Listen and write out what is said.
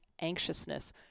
anxiousness